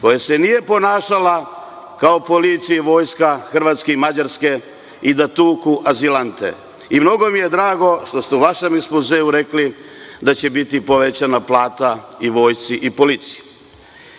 koja se nije ponašala kao policija i vojska Hrvatske i Mađarske, i da tuku azilante. Mnogo mi je drago što ste u vašem ekspozeu rekli da će biti povećana plata i vojsci i policiji.